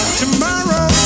tomorrow